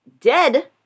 Dead